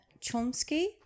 Chomsky